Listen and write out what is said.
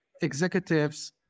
executives